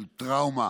של טראומה